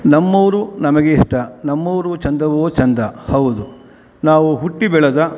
ನಮ್ಮೂರು ನಮಗೆ ಹಿತ ನಮ್ಮೂರು ಚೆಂದವೋ ಚೆಂದ ಹೌದು ನಾವು ಹುಟ್ಟಿ ಬೆಳೆದ